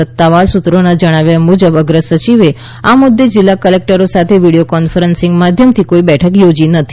સત્તાવાર સૂત્રોના જણાવ્યા મુજબ અગ્ર સચિવે આ મુદ્દે જિલ્લા કલેક્ટરો સાથે વીડિયો કોન્ફરન્સિંગ માધ્યમથી કોઈ બેઠક યોજી નથી